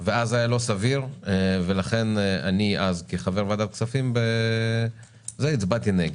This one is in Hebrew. ואז זה היה לא סביר ולכן אני אז כחבר ועדת הכספים הצבעתי נגד.